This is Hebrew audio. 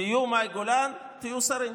תהיו מאי גולן, תהיו שרים.